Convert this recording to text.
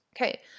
Okay